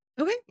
Okay